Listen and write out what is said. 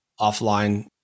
offline